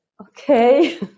Okay